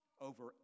over